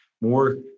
more